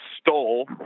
stole